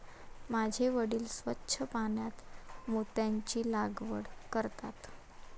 माझे वडील स्वच्छ पाण्यात मोत्यांची लागवड करतात